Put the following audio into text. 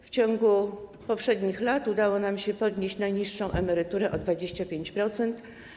W ciągu poprzednich lat udało nam się podnieść najniższą emeryturę o 25%.